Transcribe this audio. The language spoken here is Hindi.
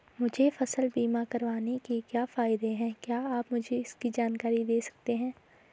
मुझे फसल बीमा करवाने के क्या फायदे हैं क्या आप मुझे इसकी जानकारी दें सकते हैं?